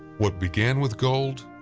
what began with gold,